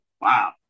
Wow